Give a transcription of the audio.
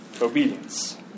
obedience